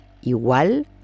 igual